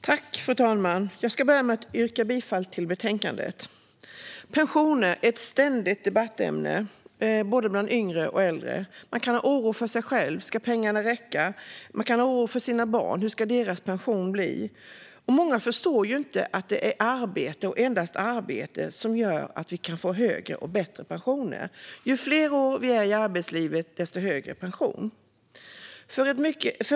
Fru talman! Jag vill börja med att yrka bifall till förslaget i betänkandet. Pensioner är ett ständigt debattämne bland både yngre och äldre. Man kan vara orolig för egen del. Ska pengarna räcka? Man kan vara orolig för sina barn. Hur ska deras pension bli? Många förstår inte att det är arbete och endast arbete som gör att man kan få en högre och bättre pension. Ju fler år man befinner sig i arbetslivet, desto högre blir pensionen.